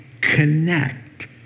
connect